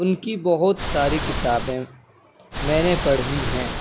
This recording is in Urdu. ان کی بہت ساری کتابیں میں نے پڑھی ہیں